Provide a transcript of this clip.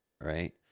right